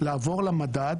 לעבור למדד